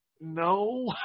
no